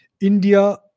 India